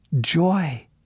joy